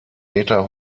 meter